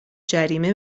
جریمه